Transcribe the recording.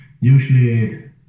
usually